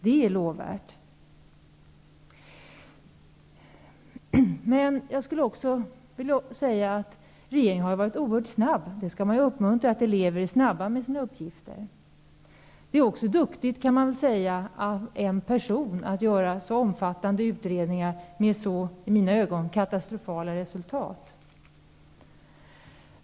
Det är ett lovvärt initiativ. Regeringen har varit oerhört snabb, och man skall ju uppmuntra att elever är snabba med att utföra sina uppgifter. Det är också duktigt av en person att göra så omfattande utredningar med så -- i mina ögon -- katastrofala resultat.